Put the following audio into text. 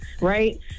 right